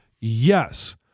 yes